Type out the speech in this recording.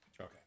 Okay